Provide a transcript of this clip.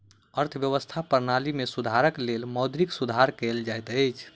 अर्थव्यवस्था प्रणाली में सुधारक लेल मौद्रिक सुधार कयल जाइत अछि